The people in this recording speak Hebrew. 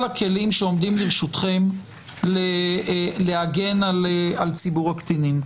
הכלים שעומדים לרשותכם להגן על ציבור הקטינים.